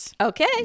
Okay